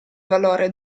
valore